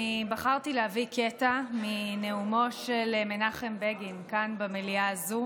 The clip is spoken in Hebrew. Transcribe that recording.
אני בחרתי להביא קטע מנאומו של מנחם בגין כאן במליאה הזו,